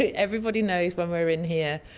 ah everybody knows when we're in here,